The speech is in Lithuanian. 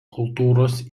kultūros